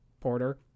Porter